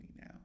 now